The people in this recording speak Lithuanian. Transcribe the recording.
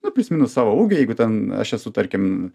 nu plius minus savo ūgį jeigu ten aš esu tarkim